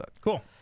Cool